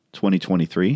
2023